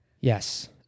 Yes